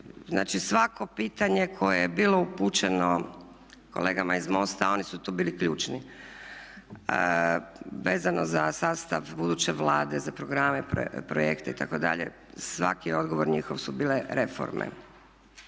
znači svako pitanje koje je bilo upućeno kolegama iz MOST-a oni su tu bili ključni vezano za sastav buduće Vlade, za programe, projekte itd., svaki odgovor njihov su bile reforme.